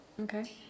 okay